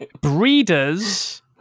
Breeders